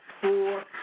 four